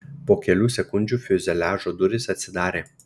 po kelių sekundžių fiuzeliažo durys atsidarė